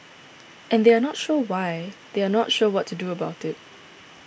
and they are not sure why they are not sure what to do about it